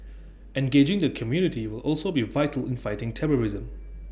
engaging the community will also be vital in fighting terrorism